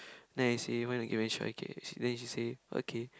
then I say why not give a try okay then she say okay